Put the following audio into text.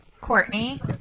Courtney